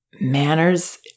Manners